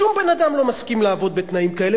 שום בן-אדם לא מסכים לעבוד בתנאים כאלה,